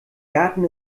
garten